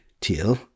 Teal